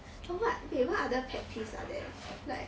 so what wait what other pet peeves are there like